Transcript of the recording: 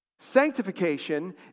Sanctification